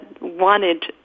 wanted